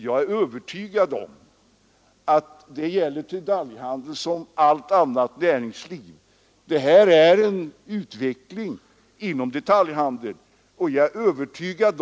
Jag är övertygad om att samma sak gäller för detaljhandeln som för näringslivet i övrigt: det pågår hela tiden en utveckling.